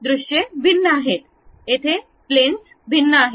ती दृश्ये भिन्न आहेत येथे प्लेन्स भिन्न आहेत